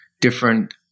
different